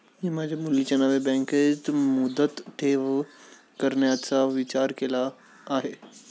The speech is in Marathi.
मी माझ्या मुलीच्या नावे बँकेत मुदत ठेव करण्याचा विचार केला आहे